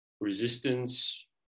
resistance